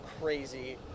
crazy